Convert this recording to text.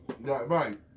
Right